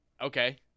okay